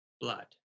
blood